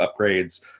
upgrades